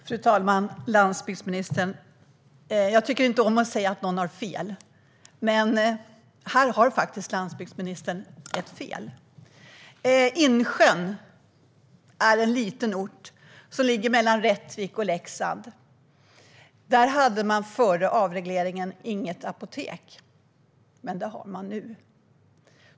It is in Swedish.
Fru talman och landsbygdsministern! Jag tycker inte om att säga att någon har fel. Men landsbygdsministern har faktiskt fel. Insjön är en liten ort söder om Rättvik och Leksand. Före avregleringen hade man inget apotek, men det har man nu.